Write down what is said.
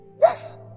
Yes